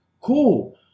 Cool